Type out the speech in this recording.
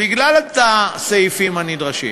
בגלל הסעיפים הנדרשים,